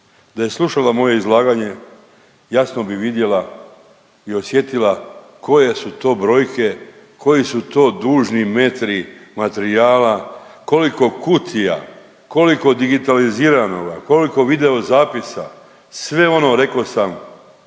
Da je slušala moje izlaganje jasno bi vidjela i osjetila koje su to brojke, koji su to dužni metri materijala, koliko kutija, koliko digitaliziranoga, koliko video zapisa, sve ono reko sam